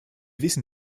wissen